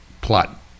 plot